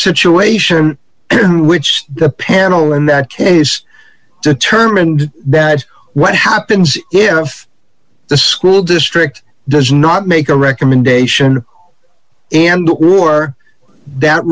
situation in which the panel in that case determined that what happens if the school district does not make a recommendation and who are that